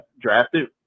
drafted